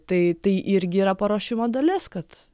tai tai irgi yra paruošimo dalis kad